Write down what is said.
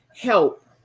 help